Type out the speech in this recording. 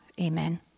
Amen